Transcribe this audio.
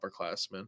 upperclassmen